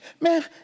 Man